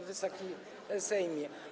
Wysoki Sejmie!